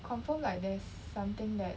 confirm like there's something that